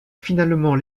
finalement